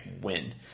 win